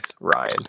Ryan